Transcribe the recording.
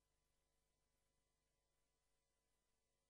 אז אני אומר לכם שזה להפך: אפשר לסמוך על בית המשפט,